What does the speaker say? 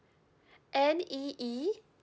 N E E